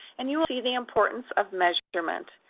and you will see the importance of measurements.